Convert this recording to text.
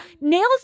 Nails